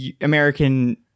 American